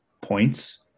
points